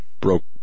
broke